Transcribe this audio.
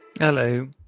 Hello